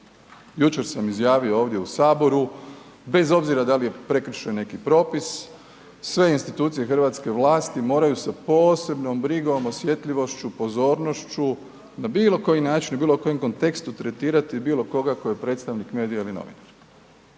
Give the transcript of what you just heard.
Jučer sam izjavio ovdje u Saboru bez obzira da li je prekršen neki propis, sve institucije hrvatske vlasti moraju sa posebnom brigom, osjetljivošću, pozornošću, na bilokoji način i u bilokojem kontekstu tretirati bilo koga tko je predstavnik medija ili novinara